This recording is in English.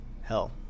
Hell